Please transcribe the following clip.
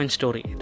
story